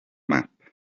map